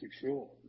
sure